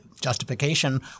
justification